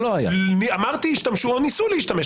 אמרתי שהשתמשו או ניסו להשתמש.